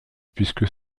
puisque